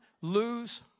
lose